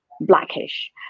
Blackish